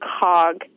cog